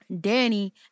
Danny